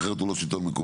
אחרת הוא לא שלטון מקומי.